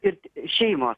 ir šeimos